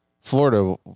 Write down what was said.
Florida